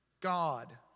God